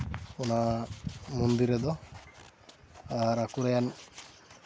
ᱚᱱᱟ ᱢᱚᱱᱫᱤᱨ ᱨᱮᱫᱚ ᱟᱨ ᱟᱠᱚ ᱨᱮᱱ